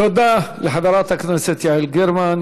תודה לחברת הכנסת יעל גרמן.